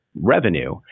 revenue